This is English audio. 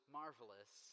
marvelous